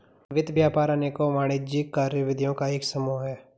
वित्त व्यापार अनेकों वाणिज्यिक कार्यविधियों का एक समूह है